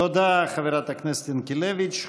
תודה, חברת הכנסת ינקלביץ'.